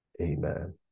Amen